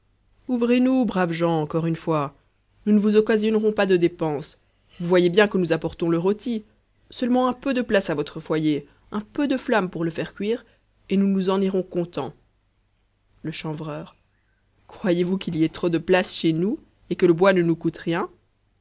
ouvrez nous braves gens encore une fois nous ne vous occasionnerons pas de dépenses vous voyez bien que nous apportons le rôti seulement un peu de place à votre foyer un peu de flamme pour le faire cuire et nous nous en irons contents le chanvreur croyez-vous qu'il y ait trop de place chez nous et que le bois ne nous coûte rien